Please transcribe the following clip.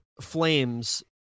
flames